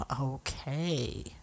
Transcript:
Okay